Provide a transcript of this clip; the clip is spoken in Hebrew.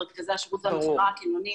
מרכזי השירות והמכירה הקמעונית,